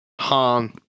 han